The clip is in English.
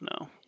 no